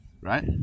right